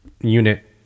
unit